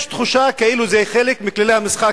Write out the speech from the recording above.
יש תחושה כאילו זה חלק מכללי המשחק,